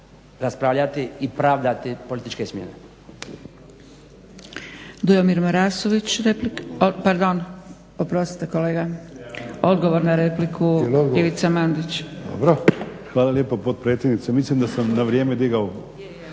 raspravljati i pravdati političke smjene.